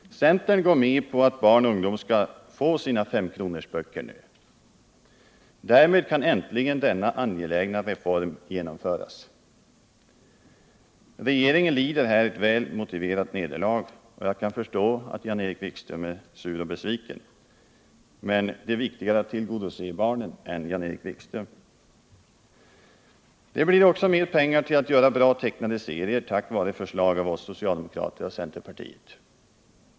Centern går med på att barn och ungdom skall få sina femkronorsböcker. Därmed kan äntligen denna angelägna reform nu genomföras. Regeringen lider här ett väl motiverat nederlag. Jag kan förstå att Jan-Erik Wikström är sur och besviken, men det är viktigare att tillgodose barnens behov än Jan-Erik Wikströms. Det blir också mera pengar till att göra bra tecknade serier, tack vare förslag av oss socialdemokrater och centerpartiet.